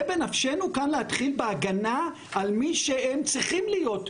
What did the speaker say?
זה בנפשנו כאן להתחיל בהגנה על מי שהם צריכים להיות,